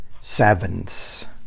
sevens